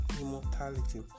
immortality